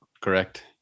correct